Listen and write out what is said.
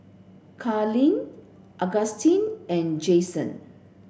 Carlyle Augustus and Jayson